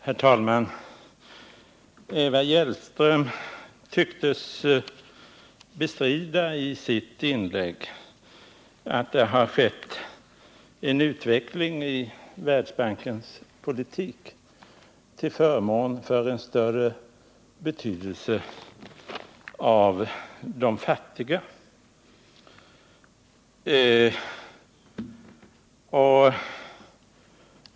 Herr talman! Eva Hjelmström tycktes i sitt inlägg bestrida att det har skett en utveckling av Världsbankens politik till förmån för de fattiga länderna.